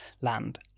land